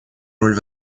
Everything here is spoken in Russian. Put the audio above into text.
роль